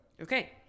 Okay